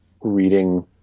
reading